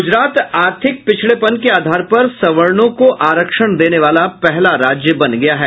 गुजरात आर्थिक पिछड़ेपन के आधार पर सवर्णों को आरक्षण देने वाला पहला राज्य बन गया है